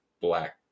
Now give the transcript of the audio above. black